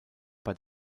bei